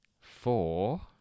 Four